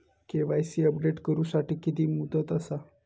KYC update करू साठी किती मुदत आसा?